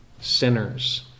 sinners